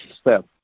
step